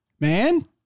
Man